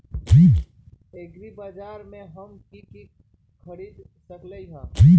एग्रीबाजार से हम की की खरीद सकलियै ह?